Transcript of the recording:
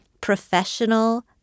professional